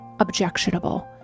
objectionable